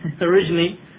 originally